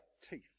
teeth